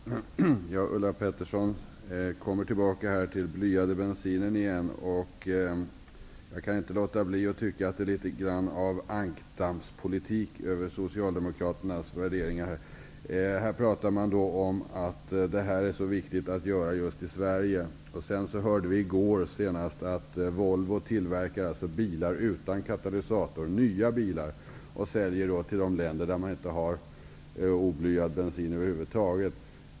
Herr talman! Ulla Pettersson återkommer till frågan om bly i bensinen. Jag kan inte låta bli att tycka att det är litet grand av ankdammspolitik över Socialdemokraternas värderingar här. Här talar man om att det här är så viktigt att göra just i Sverige. Senast i går hörde vi att Volvo tillverkar bilar utan katalysator, som säljs till länder som inte har blyfri bensin över huvud taget.